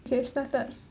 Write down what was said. they've started